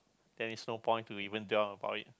then is no point to even dwell about it